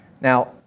Now